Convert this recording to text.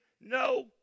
no